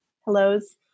hellos